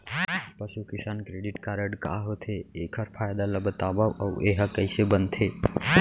पसु किसान credit card का होथे, एखर फायदा ला बतावव अऊ एहा कइसे बनथे?